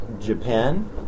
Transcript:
Japan